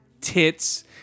tits